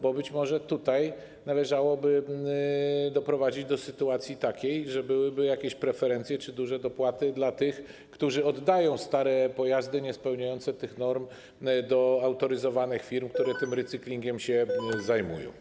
Bo być może tutaj należałoby doprowadzić do takiej sytuacji, że byłyby jakieś preferencje czy duże dopłaty dla tych, którzy oddają stare pojazdy, niespełniające norm, do autoryzowanych firm, które tym recyklingiem się zajmują.